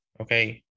okay